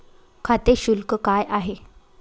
खाते शुल्क काय आहे?